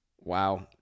Wow